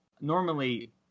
Normally